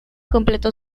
completó